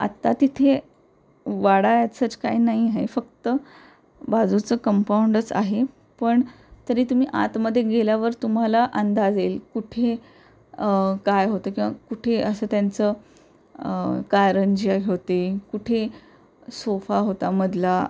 आत्ता तिथे वाडा याचंच काय नाही आहे फक्त बाजूचं कंपाऊंडच आहे पण तरी तुम्ही आतमध्ये गेल्यावर तुम्हाला अंदाज येईल कुठे काय होतं किंवा कुठे असं त्यांचं कारंजी होते कुठे सोफा होता मधला